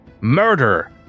murder